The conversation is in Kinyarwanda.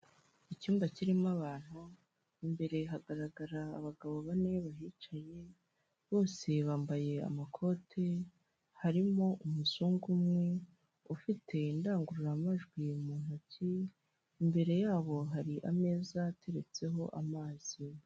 Icyumba kirimo abantu imbere hagaragara abagabo bane bahicaye bose bambaye amakoti, harimo umuzungu umwe ufite indangururamajwi mu ntoki imbere yabo hari ameza ateretseho amazi.